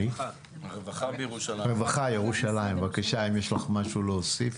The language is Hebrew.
רווחה ירושלים בבקשה, אם יש לך משהו להוסיף.